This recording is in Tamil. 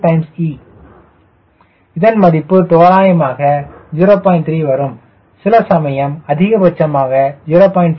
3 வரும் சில சமயம் அதிகபட்சமாக 0